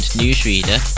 newsreader